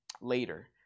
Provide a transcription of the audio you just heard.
later